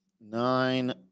Nine